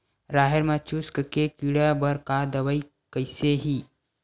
राहेर म चुस्क के कीड़ा बर का दवाई कइसे ही?